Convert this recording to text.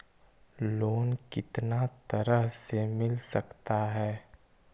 Loan कितना तरह से मिल सक है?